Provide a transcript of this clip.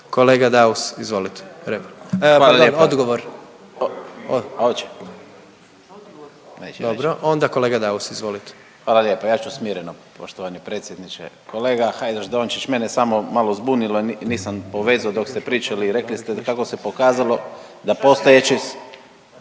kolega Daus. Izvolite. **Daus, Emil (IDS)** Hvala lijepa. Ja ću smireno poštovani predsjedniče. Kolega Hajdaš- Dončić mene je samo malo zbunilo, nisam povezao dok ste pričali. Rekli ste da kako se pokazalo da postojeći,